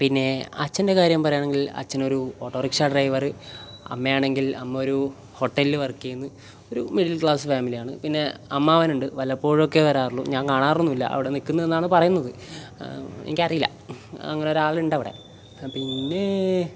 പിന്നെ അച്ഛൻ്റെ കാര്യം പറയുവാണെങ്കിൽ അച്ഛൻ ഒരു ഓട്ടോറിക്ഷ ഡ്രൈവർ അമ്മയാണെങ്കിൽ അമ്മ ഒരു ഹോട്ടലിൽ വർക്ക് ചെയ്യുന്നു ഒരു മിഡിൽ ക്ലാസ് ഫാമിലി ആണ് പിന്നെ അമ്മാവനുണ്ട് വല്ലപ്പോഴുമൊക്കെ വരാറുള്ളൂ ഞാൻ കാണാറൊന്നുമില്ല അവിടെ നിൽക്കുന്നു എന്നാണ് പറയുന്നത് എനിക്ക് അറിയില്ല അങ്ങനെ ഒരാൾ ഉണ്ട് അവിടെ പിന്നെ